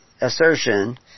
assertion